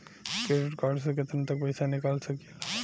Credit card से केतना तक पइसा निकाल सकिले?